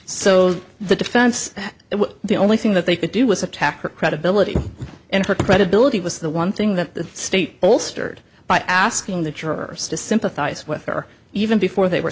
so the defense that the only thing that they could do was attack her credibility and her credibility was the one thing that the state bolstered by asking the jurors to sympathize with her even before they were